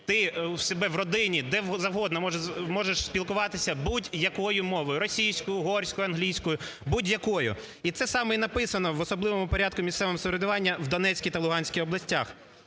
ти у себе в родині, де завгодно можеш спілкуватися будь-якою мовою: російською, угорською, англійською – будь-якою. І це саме і написано в особливому порядку місцевого самоврядування в Донецькій та Луганській областях.